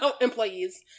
employees